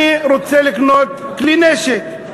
אני רוצה לקנות כלי נשק.